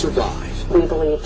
survive a little